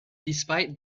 despite